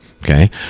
okay